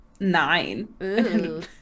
nine